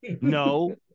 No